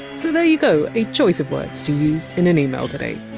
so there you go, a choice of words to use in an email today